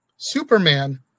Superman